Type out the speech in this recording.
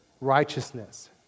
Righteousness